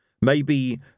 Maybe